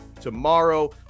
tomorrow